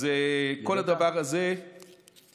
אז כל הדבר הזה קיים.